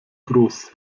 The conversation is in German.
groß